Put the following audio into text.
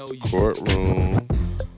courtroom